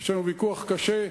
יש לנו ויכוח קשה.